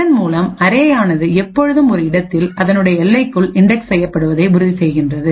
இதன் மூலம் அரேயானது எப்பொழுதும்ஒரு இடத்தில் அதனுடைய எல்லைக்குள் இன்டெக்ஸ் செய்யப்படுவதை உறுதி செய்கின்றது